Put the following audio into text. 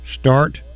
Start